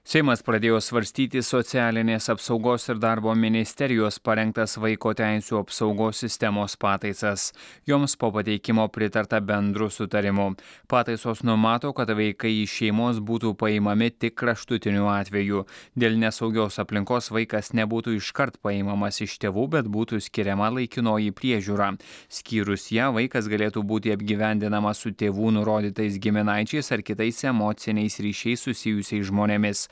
seimas pradėjo svarstyti socialinės apsaugos ir darbo ministerijos parengtas vaiko teisių apsaugos sistemos pataisas joms po pateikimo pritarta bendru sutarimu pataisos numato kad vaikai iš šeimos būtų paimami tik kraštutiniu atveju dėl nesaugios aplinkos vaikas nebūtų iškart paimamas iš tėvų bet būtų skiriama laikinoji priežiūra skyrus ją vaikas galėtų būti apgyvendinamas su tėvų nurodytais giminaičiais ar kitais emociniais ryšiais susijusiais žmonėmis